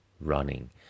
running